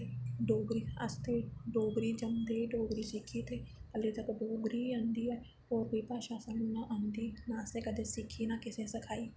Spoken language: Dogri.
ते अस जेह्के डोगरी जानदे ते डोगरी जेह्की ते अजें तक्क डोगरी गै आंदी होर कोई भाशा ते नां सानूं आंदी नां असें कदें सिक्खी ते नां कदें सिखाई